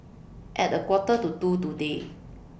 At A Quarter to two today